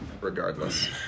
Regardless